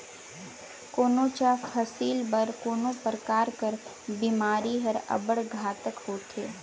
कोनोच फसिल बर कोनो परकार कर बेमारी हर अब्बड़ घातक होथे